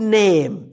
name